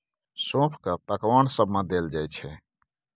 सौंफ केँ पकबान सब मे देल जाइ छै